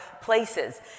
places